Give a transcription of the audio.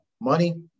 money